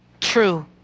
True